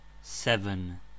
Seven